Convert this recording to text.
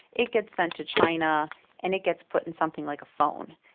it gets sent to china and it gets put in something like a phone.